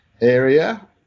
area